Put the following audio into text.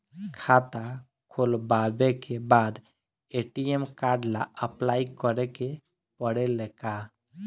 खाता खोलबाबे के बाद ए.टी.एम कार्ड ला अपलाई करे के पड़ेले का?